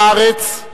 בארץ,